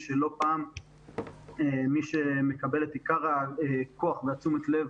שלא פעם מי שמקבל את עיקר הכוח ותשומת הלב